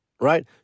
right